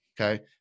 Okay